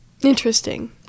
Interesting